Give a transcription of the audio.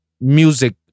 music